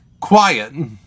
quiet